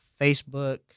Facebook